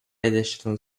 additional